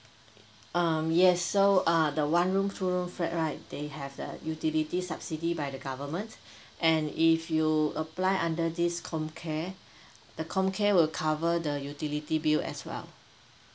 um yes so uh the one room two room flat right they have the utility subsidy by the government and if you apply under this com care the comcare will cover the utility bill as well